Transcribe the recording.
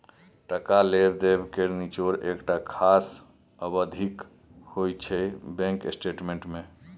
टका लेब देब केर निचोड़ एकटा खास अबधीक होइ छै बैंक स्टेटमेंट मे